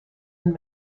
and